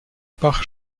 bach